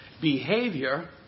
Behavior